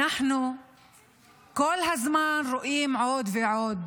אנחנו כל הזמן רואים עוד ועוד,